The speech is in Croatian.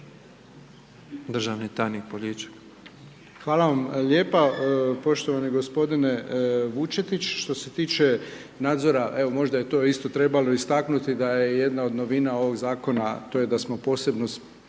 Hvala vam lijepo, poštovani g. Vučetić, što se tiče nadzora, evo možda je to isto trebalo istaknuti da je jedna od domina ovog zakona to je da smo posebno